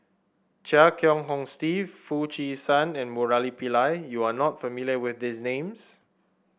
Chia Kiah Hong Steve Foo Chee San and Murali Pillai you are not familiar with these names